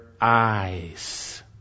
eyes